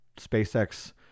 SpaceX